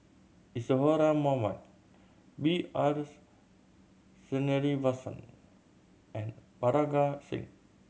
Isadhora Mohamed B R Sreenivasan and Parga Singh